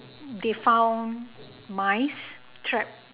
they found mice trapped